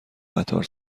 قطار